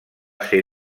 ser